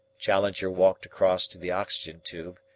challenger walked across to the oxygen tube,